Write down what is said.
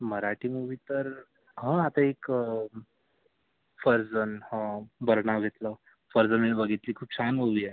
Marathi movie तर हं आता एक फर्जंद हं बरं नाव घेतलं फर्जंद मी बघितली खूप छान मूव्ही आहे